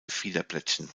fiederblättchen